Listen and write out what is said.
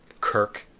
Kirk